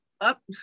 up